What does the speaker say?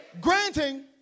Granting